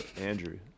Andrew